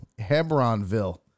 Hebronville